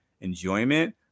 enjoyment